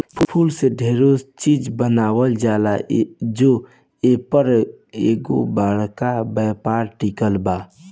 फूल से डेरे चिज बनावल जाला जे से एपर एगो बरका व्यापार टिकल बा